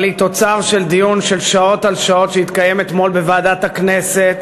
אבל היא תוצר של דיון של שעות על שעות שהתקיים אתמול בוועדת הכנסת,